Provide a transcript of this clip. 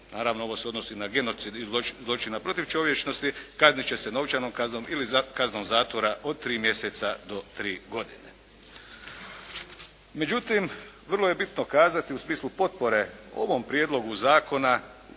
naravno ovo se odnosi na genocid i zločine protiv čovječnosti "kaznit će se novčanom kaznom ili kaznom zatvora od 3 mjeseca do 3 godine.". Međutim, vrlo je bitno kazati u smislu potpore ovom prijedlogu zakona